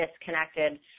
disconnected